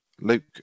Luke